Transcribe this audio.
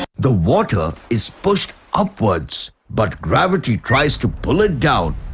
the water is pushed upwards but gravity tries to pull it down.